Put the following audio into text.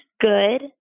good